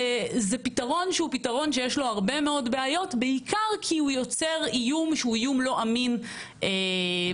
הוא בעייתי כי זה יוצר איום לא אמין שהמדינה